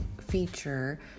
feature